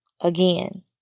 again